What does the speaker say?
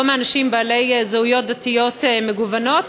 לא מאנשים בעלי זהויות דתיות מגוונות.